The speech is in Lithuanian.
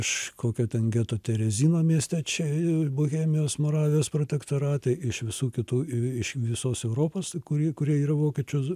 iš kokio ten geto terezino mieste čia bohemijos moravijos protektorate iš visų kitų ir iš visos europos kurie kurie yra vokiečių